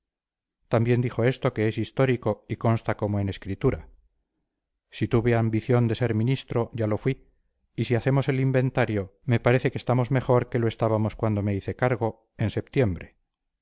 también dijo esto que es histórico y consta como en escritura si tuve ambición de ser ministro ya lo fuí y si hacemos el inventario me parece que estamos mejor que lo estábamos cuando me hice cargo en septiembre